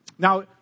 Now